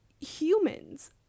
humans